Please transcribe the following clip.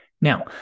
Now